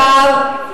חברי היקר,